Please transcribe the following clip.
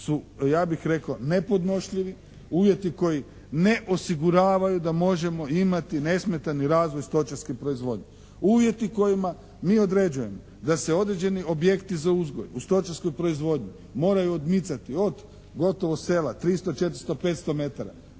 su ja bih rekao nepodnošljivi, uvjeti koji ne osiguravaju da možemo imati nesmetani razvoj stočarske proizvodnje. Uvjeti kojima mi određujemo da se određeni objekti za uzgoj u stočarskoj proizvodnji moraju odmicati od gotovo sela 300, 400, 500 metara.